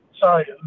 Sorry